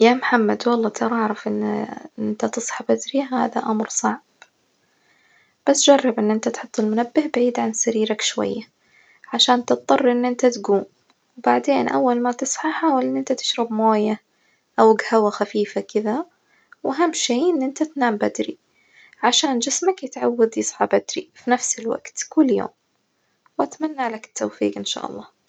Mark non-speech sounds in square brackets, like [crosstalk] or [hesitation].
يا محمد، والله ترى أعرف إن [hesitation] إنت تصحى بدري هذا أمر صعب، بس جرب إن انت تحط المنبه بعيد عن سريرك شوية عشان تضطر إن انت تجوم، بعدين أول ما تصحى حاول إن انت تشرب ماية أو جهوة خفيفة كدة، وأهم شي إن انت تنام بدري عشان جسمك يتعود يصحى بدري في نفس الوجت كل يوم، وأتمنى لك التوفيج إن شاء الله.